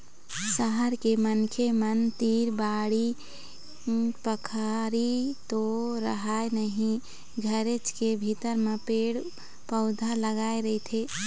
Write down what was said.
सहर के मनखे मन तीर बाड़ी बखरी तो रहय नहिं घरेच के भीतर म पेड़ पउधा लगाय रहिथे